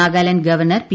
Nagaland governor P